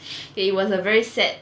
it was a very sad